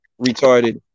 retarded